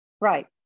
right